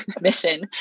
mission